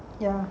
ya